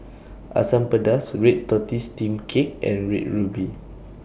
Asam Pedas Red Tortoise Steamed Cake and Red Ruby